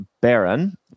Baron